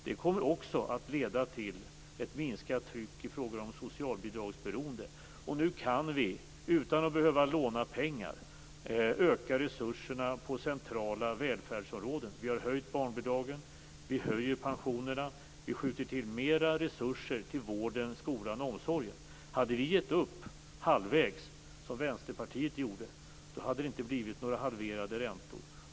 Det kommer också att leda till ett minskat tryck i fråga om socialbidragsberoende. Nu kan vi, utan att behöva låna pengar, öka resurserna på centrala välfärdsområden. Vi har höjt barnbidragen. Vi höjer pensionerna. Vi skjuter till mer resurser till vården, skolan och omsorgen. Hade vi gett upp halvvägs - som Vänsterpartiet gjorde - hade det inte blivit några halverade räntor.